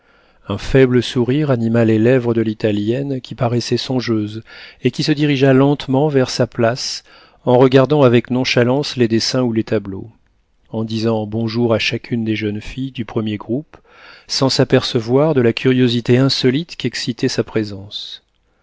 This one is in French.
un faible sourire anima les lèvres de l'italienne qui paraissait songeuse et qui se dirigea lentement vers sa place en regardant avec nonchalance les dessins ou les tableaux en disant bonjour à chacune des jeunes filles du premier groupe sans s'apercevoir de la curiosité insolite qu'excitait sa présence